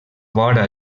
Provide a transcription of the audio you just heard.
vora